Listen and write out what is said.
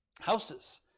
Houses